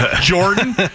Jordan